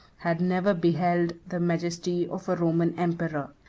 had never beheld the majesty of a roman emperor.